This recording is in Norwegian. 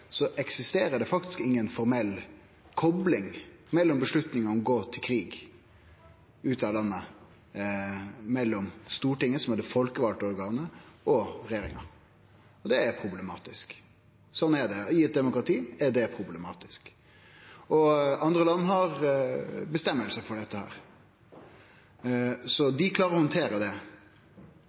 eksisterer det inga formell kopling mellom Stortinget, som er det folkevalde organet, og regjeringa når det gjeld avgjerda om å gå til krig ute av landet. Det er problematisk. Slik er det – i eit demokrati er det problematisk. Andre land har reglar for dette, dei klarer å handtere det.